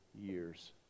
years